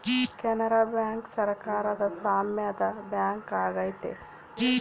Canara bank ಸರಕಾರದ ಸಾಮ್ಯದ bank ಆಗೈತೆ